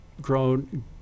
grown